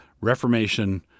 Reformation